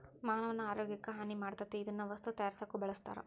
ಮಾನವನ ಆರೋಗ್ಯಕ್ಕ ಹಾನಿ ಮಾಡತತಿ ಇದನ್ನ ವಸ್ತು ತಯಾರಸಾಕು ಬಳಸ್ತಾರ